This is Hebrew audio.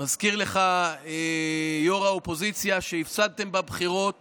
מזכיר לך, יו"ר האופוזיציה, שהפסדתם בבחירות